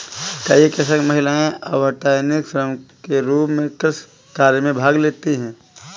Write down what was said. कई कृषक महिलाएं अवैतनिक श्रम के रूप में कृषि कार्य में भाग लेती हैं